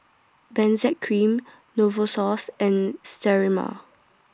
Benzac Cream Novosource and Sterimar